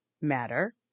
matter